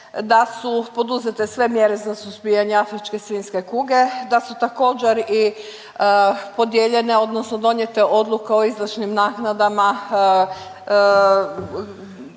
da su poduzete sve mjere za suzbijanje afričke svinjske kuge, da su također i podijeljene odnosno donijete odluke o izvršnim naknadama